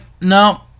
no